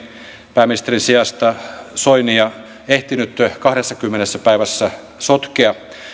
pääministerin sijaista soinia ehtinyt kahdessakymmenessä päivässä sotkea